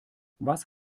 was